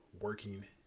working